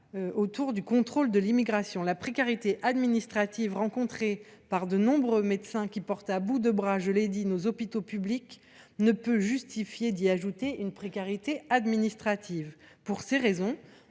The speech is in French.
pas sur le contrôle de l’immigration. La précarité administrative rencontrée par de nombreux médecins, qui portent à bout de bras, je l’ai dit, nos hôpitaux publics, ne justifie pas l’ajout d’une précarité administrative. Pour ces raisons,